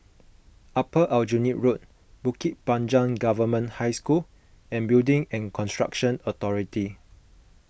Upper Aljunied Road Bukit Panjang Government High School and Building and Construction Authority